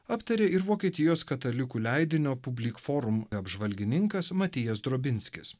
aptarė ir vokietijos katalikų leidinio publik forum apžvalgininkas matijas drobinskis